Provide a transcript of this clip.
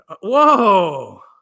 Whoa